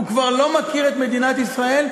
הוא כבר לא מכיר את מדינת ישראל?